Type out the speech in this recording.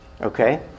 Okay